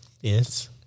Yes